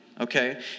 Okay